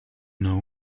know